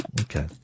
Okay